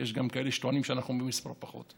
יש גם כאלה שטוענים שהמספר הוא פחות,